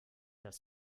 das